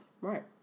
Right